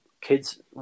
kids